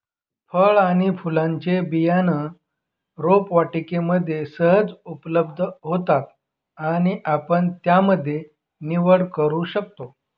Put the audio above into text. फळ आणि फुलांचे बियाणं रोपवाटिकेमध्ये सहज उपलब्ध होतात आणि आपण त्यामध्ये निवड करू शकतो